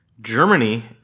Germany